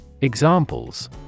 Examples